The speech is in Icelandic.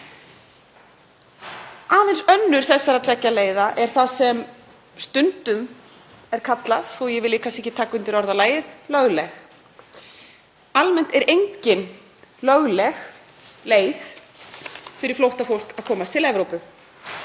Aðeins önnur þessara tveggja leiða er það sem stundum er kallað, þótt ég vilji kannski ekki taka undir orðalagið, löglegt. Almennt er engin lögleg leið fyrir flóttafólk að komast til Evrópu.